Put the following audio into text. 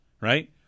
Right